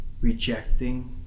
rejecting